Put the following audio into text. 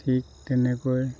ঠিক তেনেকৈ